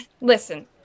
Listen